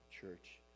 church